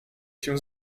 się